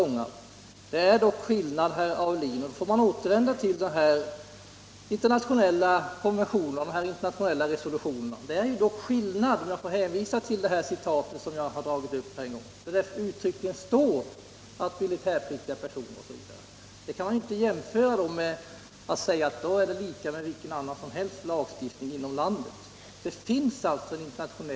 När det gäller begreppet politiska fångar, herr Aulin, vill jag hänvisa till det citat jag tagit upp, där det uttryckligen står: ”Militärpliktiga personer —-—--.” Man kan inte jämföra och säga att det är samma sak med vilken lagstiftning i landet som helst. Det är skillnad här.